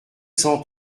cent